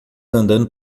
andando